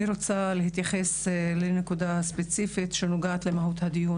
אני רוצה להתייחס לנקודה ספציפית שנוגעת למהות הדיון